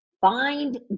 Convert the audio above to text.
Find